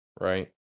right